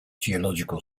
geological